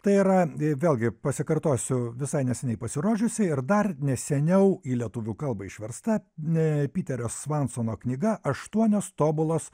tai yra vėlgi pasikartosiu visai neseniai pasirodžiusi ir dar neseniau į lietuvių kalbą išversta piterio svansono knyga aštuonios tobulos